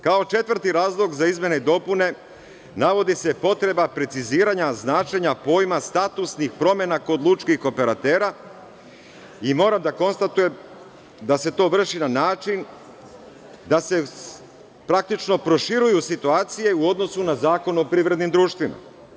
Kao četvrti razlog za izmene i dopune navodi se potreba preciziranja značenja pojma „statusnih promena kod lučkih operatera“ i moram da konstatujem da se to vrši na način da se praktično proširuju situacije u odnosu na Zakon o privrednim društvima.